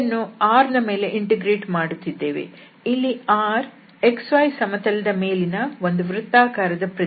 ಇದನ್ನು R ನ ಮೇಲೆ ಇಂಟಿಗ್ರೇಟ್ ಮಾಡುತ್ತಿದ್ದೇವೆ ಇಲ್ಲಿ R xy ಸಮತಲದ ಮೇಲಿನ ಒಂದು ವೃತ್ತಾಕಾರದ ಪ್ರದೇಶ